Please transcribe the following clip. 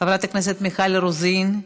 חברת הכנסת מיכל רוזין,